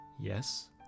Yes